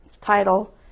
title